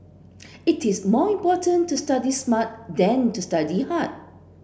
it is more important to study smart than to study hard